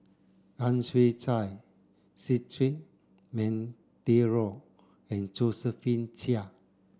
Ang Chwee Chai Cedric Monteiro and Josephine Chia